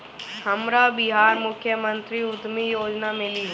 हमरा बिहार मुख्यमंत्री उद्यमी योजना मिली?